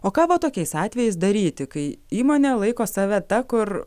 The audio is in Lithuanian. o ką va tokiais atvejais daryti kai įmonė laiko save ta kur